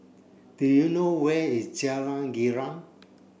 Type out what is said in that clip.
do you know where is Jalan Girang